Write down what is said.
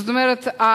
זאת אומרת,